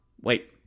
Wait